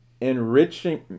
enriching